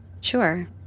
Sure